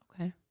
Okay